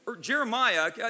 Jeremiah